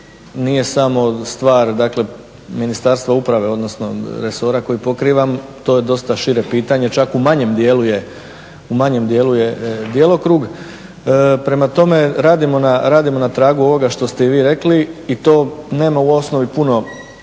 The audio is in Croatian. nije samo stvar Ministarstva uprave odnosno resora koji pokrivam. To je dosta šire pitanje, čak u manjem djelu je djelokrug. Prema tome radimo na tragu ovog što ste i vi rekli i to nema u osnovi puno